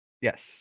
Yes